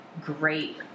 great